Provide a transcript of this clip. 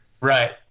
Right